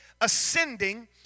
ascending